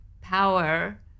power